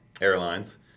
airlines